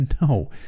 no